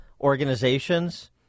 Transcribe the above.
organizations